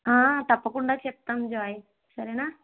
తప్పకుండా చెప్తాము జాయ్